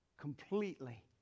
completely